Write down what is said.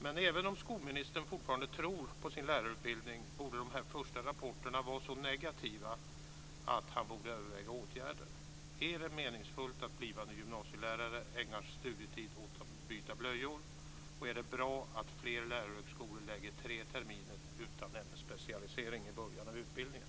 Men även om skolministern fortfarande tror på sin lärarutbildning borde de här första rapporterna vara så negativa att han övervägde åtgärder. Är det meningsfullt att blivande gymnasielärare ägnar studietid åt att byta blöjor? Är det bra att fler lärarhögskolor lägger tre terminer utan ämnesspecialisering i början av utbildningen?